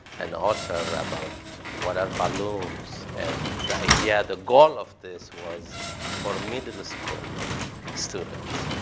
an author about weather balloons, and the idea, the goal of this was for middle school students.